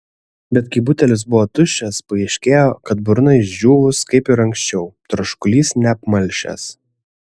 bet kai butelis buvo tuščias paaiškėjo kad burna išdžiūvus kaip ir anksčiau troškulys neapmalšęs